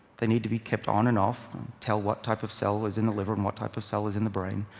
they need to be kept on and off and tell what type of cell is in the liver and what type of cell is in the brain.